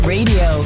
Radio